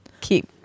keep